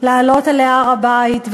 בלעלות אל הר-הבית.